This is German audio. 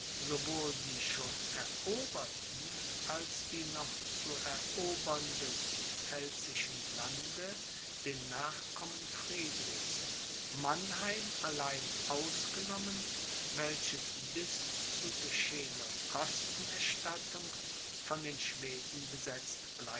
sowohl die schon eroberten als die noch zu erobernden pfälzischen lande den nachkommen friedrichs mannheim allein ausgenommen welches bis zu geschehener kostenerstattung von den schweden besetzt